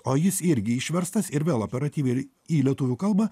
o jis irgi išverstas ir vėl operatyviai į lietuvių kalbą